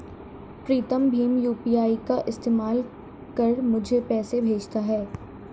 प्रीतम भीम यू.पी.आई का इस्तेमाल कर मुझे पैसे भेजता है